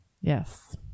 Yes